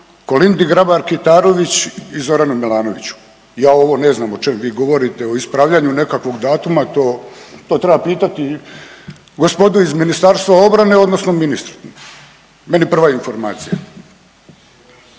Kolindi Grabar Kitarović i Zoranu Milanoviću. Ja ovo ne znam o čemu vi govorite o ispravljanju nekakvog datuma, to treba pitati gospodu iz Ministarstva obrane odnosno ministra. Meni je prva informacija.